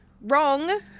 wrong